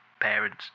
parents